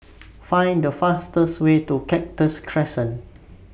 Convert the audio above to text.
Find The fastest Way to Cactus Crescent